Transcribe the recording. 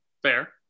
fair